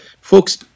folks